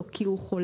או כי הוא חולה.